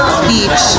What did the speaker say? speech